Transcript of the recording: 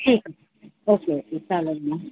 ठीक okay okay चालंल मग